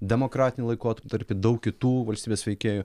demokratinį laikotarpį daug kitų valstybės veikėjų